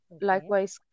Likewise